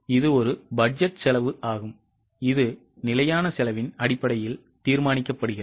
இது ஒரு பட்ஜெட் செலவு ஆகும் இது நிலையான செலவின் அடிப்படையில் தீர்மானிக்கப்படுகிறது